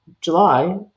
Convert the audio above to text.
July